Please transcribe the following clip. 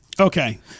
Okay